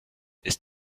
ist